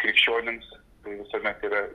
krikščionims tai visuomet yra